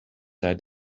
sei